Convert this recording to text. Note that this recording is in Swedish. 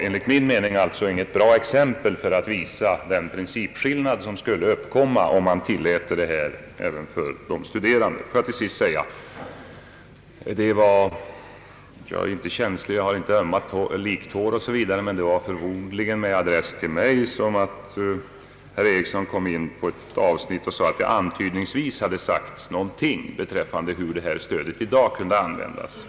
Enligt min mening var exemplet därför inte så lyckat när man vill visa den principskillnad som skulle uppkomma om samma tillåtelse ges även för de studerande. Jag har ingen ömmande liktorn och är inte särskilt känslig, men det var förmodligen med adress till mig, som herr Eriksson yttrade att det antydningsvis hade sagts någonting om hur detta stöd i dag skulle användas.